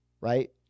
right